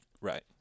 right